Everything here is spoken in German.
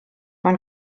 man